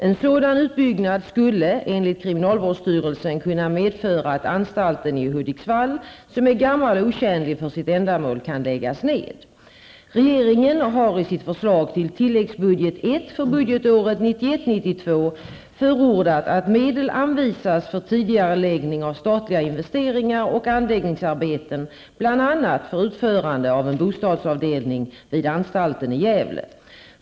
En sådan utbyggnad skulle enligt kriminalvårdsstyrelsen kunna medföra att anstalten i Hudiksvall, som är gammal och otjänlig för sitt ändamål, kan läggas ned. Regeringen har i sitt förslag till tilläggsbudget I för budgetåret 1991/92 förordat att medel anvisas för tidigareläggning av statliga investeringar och anläggningsarbeten, bl.a. för utförande av en bostadsavdelning vid anstalten i Gävle.